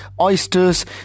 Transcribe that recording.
oysters